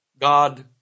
God